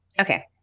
Okay